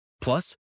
Plus